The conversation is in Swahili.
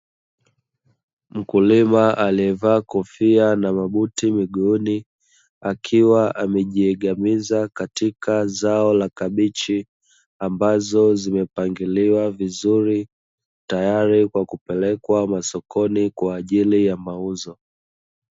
Mkulima aliyevaa kofia na mabuti miguuni, akiwa amejiegamiza katika zao la kabichi, ambazo zimepangiliwa vizuri, tayari kwa kupelekwa masokoni kwa ajili ya mauzo.